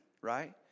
right